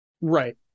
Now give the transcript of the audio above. Right